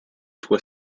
toi